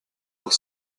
auch